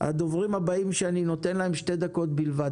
הדוברים הבאים שאני נותן להם שתי דקות בלבד,